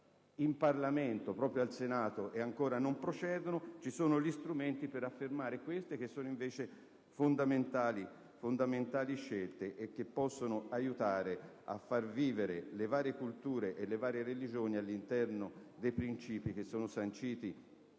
in Parlamento, proprio al Senato e ancora non procedono - sono previsti gli strumenti per affermare le fondamentali scelte che possono aiutare a far vivere le varie culture e le varie religioni all'interno dei principi sanciti